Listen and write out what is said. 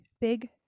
big